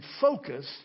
focus